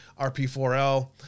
RP4L